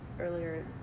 earlier